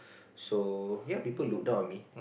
so ya people look down on me